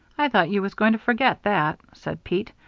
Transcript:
i thought you was going to forget that, said pete.